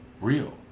real